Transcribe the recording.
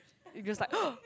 you just like !ah!